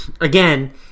Again